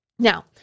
Now